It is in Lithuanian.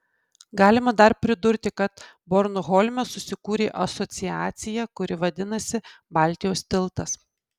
galima dar pridurti kad bornholme susikūrė asociacija kuri vadinasi baltijos tiltas